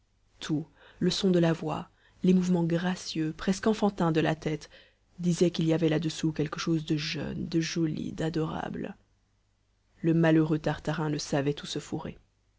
tout le son de la voix les mouvements gracieux presque enfantins de la tête disait qu'il y avait là-dessous quelque chose de jeune de joli d'adorable le malheureux tartarin ne savait où se fourrer